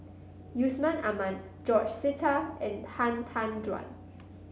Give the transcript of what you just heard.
Yusman Aman George Sita and Han Tan Juan